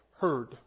heard